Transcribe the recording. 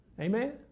Amen